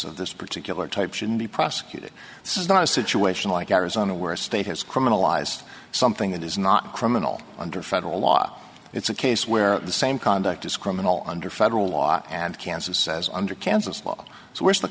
of this particular type should be prosecuted this is not a situation like arizona where a state has criminalized something that is not criminal under federal law it's a case where the same conduct is criminal under federal law and kansas says under kansas law so where's the